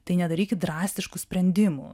tai nedarykit drastiškų sprendimų